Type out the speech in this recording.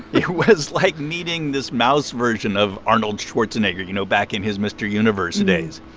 it was, like, meeting this mouse version of arnold schwarzenegger, you know, back in his mr. universe days.